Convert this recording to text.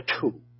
two